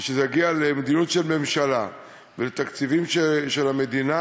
וכשזה יגיע למדיניות של הממשלה ולתקציבים של המדינה,